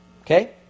okay